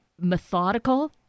methodical